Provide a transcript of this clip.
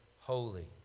holy